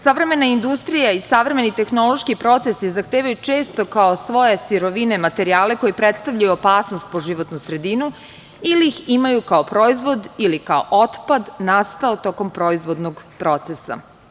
Savremena industrija i savremeni tehnološki procesi zahtevaju često, kao svoje sirovine, materijale koji predstavljaju opasnost po životnu sredinu ili ih imaju kao proizvod ili kao otpad nastao tokom proizvodnog procesa.